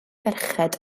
ferched